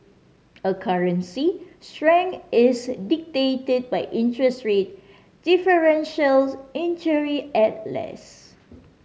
a currency strength is dictated by interest rate differentials in theory at least